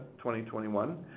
2021